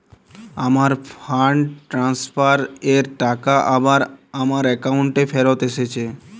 আমার fund transfer এর টাকা আবার আমার একাউন্টে ফেরত এসেছে